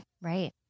right